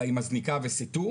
אלא היא מזניקה בסיתות,